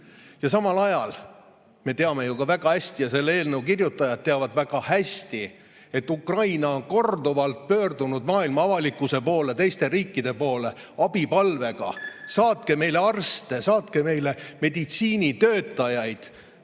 Samal ajal me teame ju väga hästi ja selle eelnõu kirjutajad teavad väga hästi, et Ukraina on korduvalt pöördunud maailma avalikkuse poole, teiste riikide poole, abipalvega: "Saatke meile arste, saatke meile meditsiinitöötajaid.